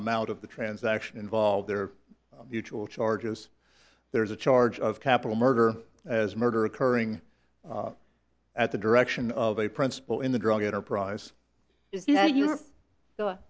amount of the transaction involved there usual charges there is a charge of capital murder as murder occurring at the direction of a principal in the drug enterprise is you know you